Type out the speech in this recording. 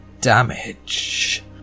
damage